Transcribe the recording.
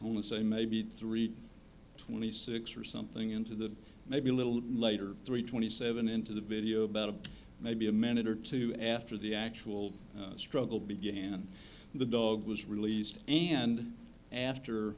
noon say maybe three twenty six or something into the maybe a little later three twenty seven into the video about maybe a minute or two after the actual struggle began the dog was released and after